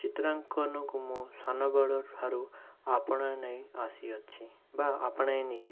ଚିତ୍ରାଙ୍କନକୁ ମୁଁ ସାନବେଳୁ ଠାରୁ ଆପଣାଇ ନେଇ ଆସିଅଛି ବା ଆପଣାଇ ନେଇଛି